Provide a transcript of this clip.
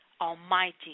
Almighty